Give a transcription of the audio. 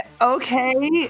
okay